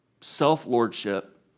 self-lordship